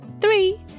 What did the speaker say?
three